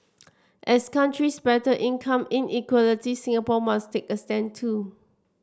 as countries battle income inequality Singapore must take a stand too